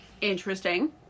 Interesting